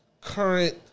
current